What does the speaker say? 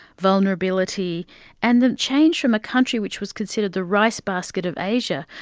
vulnerability and the change from a country which was considered the rice basket of asia,